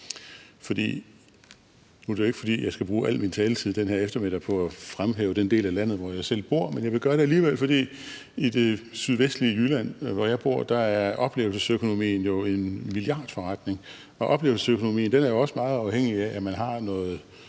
nu er det jo ikke, fordi jeg skal bruge al min taletid den her eftermiddag på at fremhæve den del af landet, hvor jeg selv bor, men jeg vil nævne det alligevel, for i det sydvestlige Jylland, hvor jeg bor, er oplevelsesøkonomien en milliardforretning, og oplevelsesøkonomien er jo også meget afhængig af, at man har noget